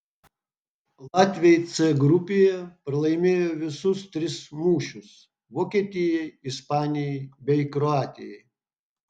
latviai c grupėje pralaimėjo visus tris mūšius vokietijai ispanijai bei kroatijai